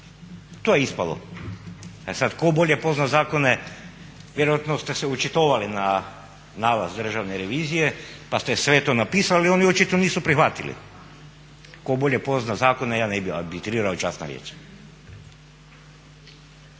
To je ispalo. E sada tko bolje poznaje zakone vjerojatno ste se očitovali na nalaz državne revizije pa ste sve to napisali, oni očito nisu prihvatili. Tko bolje poznaje zakone ja ne bih arbitrirao, časna riječ.